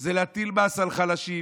בו זה להטיל מס על חלשים,